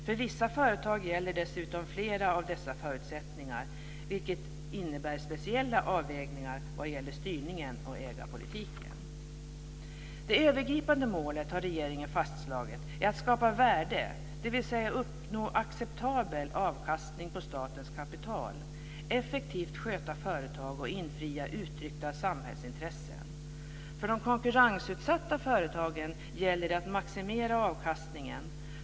För vissa företag gäller dessutom flera av dessa förutsättningar, vilket innebär speciella avvägningar vad gäller styrningen och ägarpolitiken. Det övergripande målet, har regeringen fastslagit, är att skapa värde, dvs. uppnå acceptabel avkastning på statens kapital, effektivt sköta företag och infria uttryckta samhällsintressen. För de konkurrensutsatta företagen gäller det att maximera avkastningen.